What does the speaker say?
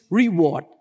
reward